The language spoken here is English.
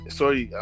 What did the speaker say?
sorry